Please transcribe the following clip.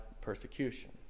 persecution